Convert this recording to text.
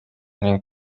ning